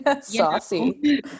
saucy